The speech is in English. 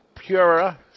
Pura